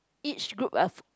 each group of